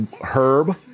Herb